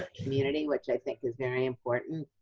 community, which i think is very important.